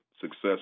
success